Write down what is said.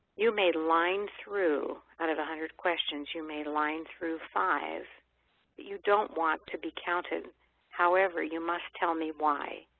you made a line through, out of one hundred questions, you made a line through five that you don't want to be counted however, you must tell me why.